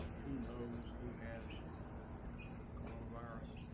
who knows who has the coronavirus?